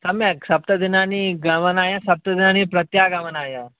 सम्यक् सप्तदिनानि गमनाय सप्तदिनानि प्रत्यागमनाय